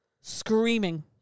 Screaming